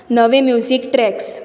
नवे music treks